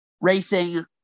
racing